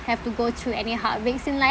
have to go through any heartbreaks in life